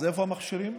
איפה המכשירים?